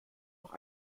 noch